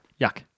Yuck